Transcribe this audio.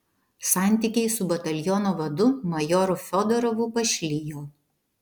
santykiai su bataliono vadu majoru fiodorovu pašlijo